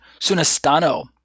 sunestano